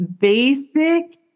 basic